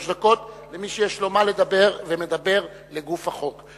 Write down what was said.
דקות למי שיש לו מה לדבר ומדבר לגוף החוק.